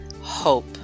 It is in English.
hope